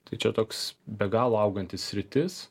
tai čia toks be galo auganti sritis